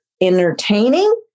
entertaining